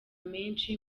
menshi